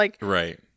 Right